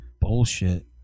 bullshit